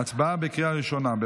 ההצבעה בקריאה ראשונה.